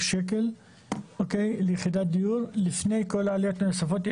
שקל ליחידת דיור לפני כל העליות הנוספות.